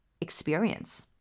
experience